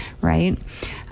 Right